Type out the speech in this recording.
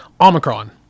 Omicron